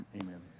amen